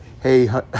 Hey